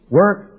work